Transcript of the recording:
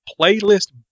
playlist